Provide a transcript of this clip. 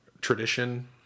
tradition